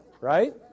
Right